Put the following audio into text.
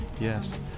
yes